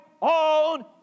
on